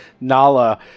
Nala